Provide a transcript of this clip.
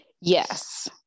Yes